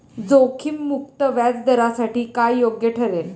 जोखीम मुक्त व्याजदरासाठी काय योग्य ठरेल?